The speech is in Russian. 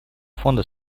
фонда